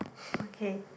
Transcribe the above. okay